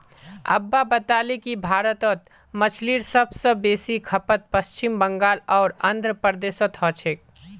अब्बा बताले कि भारतत मछलीर सब स बेसी खपत पश्चिम बंगाल आर आंध्र प्रदेशोत हो छेक